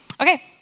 Okay